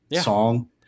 song